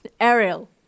Ariel